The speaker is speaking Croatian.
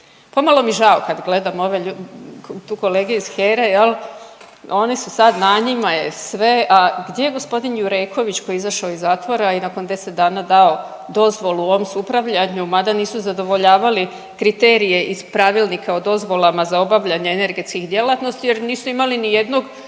Pomalo mi žao kad gledam ove tu kolege iz HERA-e. Oni su sad, na njima je sve. A gdje je gospodin Jureković koji je izašao iz zatvora i nakon 10 dana dao dozvolu OMS upravljanju, mada nisu zadovoljavali kriterije iz Pravilnika o dozvolama za obavljanje energetskih djelatnosti jer nisu imali ni jednog